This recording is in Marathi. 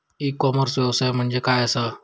ई कॉमर्स व्यवसाय म्हणजे काय असा?